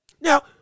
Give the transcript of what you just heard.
Now